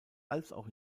auch